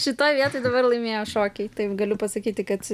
šitoj vietoj dabar laimėjo šokiai taip galiu pasakyti kad